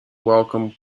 welcome